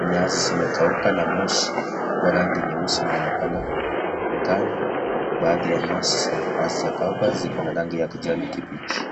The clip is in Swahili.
nyasi zimekauka na moshi wa rangi nyeusi unaonekana angani baadhi ya nyasi hazijakauka ziko na rangi ya kijani kibichi.